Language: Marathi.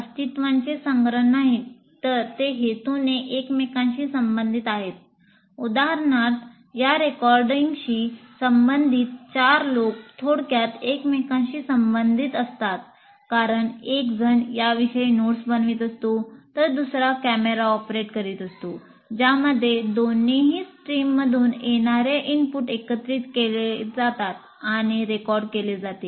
अस्तित्वएकत्रित केले जातात आणि रेकॉर्ड केले जाते